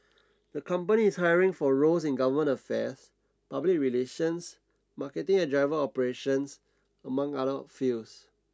the company is hiring for roles in government affairs public relations marketing and driver operations among other fields